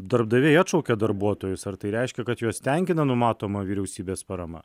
darbdaviai atšaukia darbuotojus ar tai reiškia kad juos tenkina numatoma vyriausybės parama